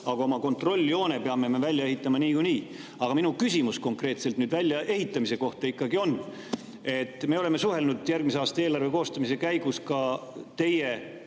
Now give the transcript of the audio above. aga oma kontrolljoone peame me välja ehitama niikuinii. Aga minu küsimus on ikkagi konkreetselt väljaehitamise kohta. Me oleme suhelnud järgmise aasta eelarve koostamise käigus ka teie